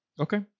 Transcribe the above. Okay